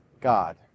God